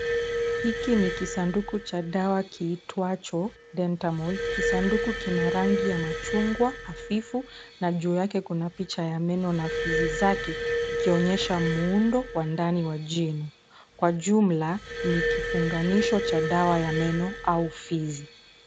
Hiki ni kisanduku cha dawa kiitwacho dentamol . Kisanduku kina rangi ya chungwa hafifu na juu yake kuna picha ya meno na fizi zake ikionyesha muundo wa ndani ya jino. Kwa jumla ni kifunganisho cha dawa ya meno au fizi.